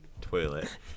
toilet